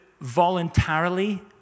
voluntarily